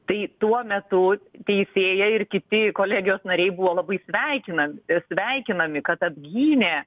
tai tuo metu teisėja ir kiti kolegijos nariai buvo labai sveikinami ir sveikinami kad apgynė